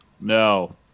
No